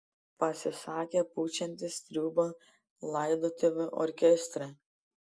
pasisakė pučiantis triūbą laidotuvių orkestre